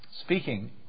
Speaking